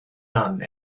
none